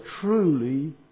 truly